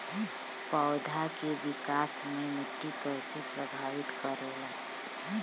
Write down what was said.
पौधा के विकास मे मिट्टी कइसे प्रभावित करेला?